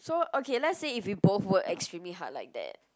so okay let's say if we both work extremely hard like that